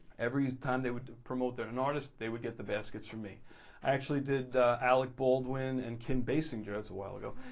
every time they would promote an artist they would get the baskets from me. i actually did alec baldwin and kim basinger. that's a while ago.